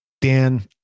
Dan